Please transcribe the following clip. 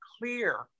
clear